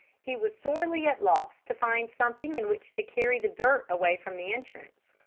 he was sorely at loss to find something in which to carry the dirt away from the entrance,